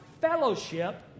fellowship